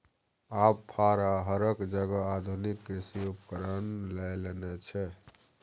आब फार आ हरक जगह आधुनिक कृषि उपकरण लए लेने छै